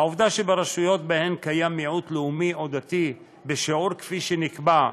העובדה שברשויות שבהן יש מיעוט לאומי או דתי בשיעור כפי שנקבע,